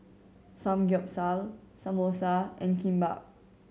Samgeyopsal Samosa and Kimbap